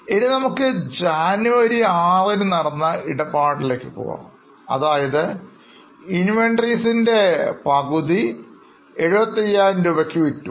ഇനി നമുക്ക് ജനുവരി 6 ന് നടന്ന ഇടപാടിലേക്ക് പോകാം അതായത് Inventory ടെ പകുതി 75000 രൂപയ്ക്ക് വിറ്റു